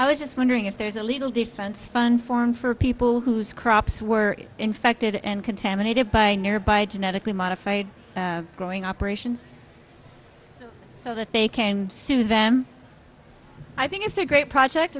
i was just wondering if there's a legal defense fund formed for people whose crops were infected and contaminated by nearby genetically modified growing operations so that they can sue them i think it's a great project